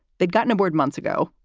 they'd gotten aboard months ago.